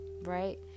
right